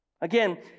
Again